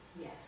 Yes